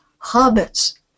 hobbits